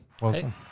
Welcome